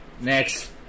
Next